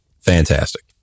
Fantastic